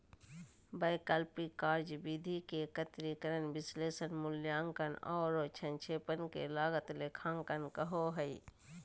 वैकल्पिक कार्यविधि के एकत्रीकरण, विश्लेषण, मूल्यांकन औरो संक्षेपण के लागत लेखांकन कहो हइ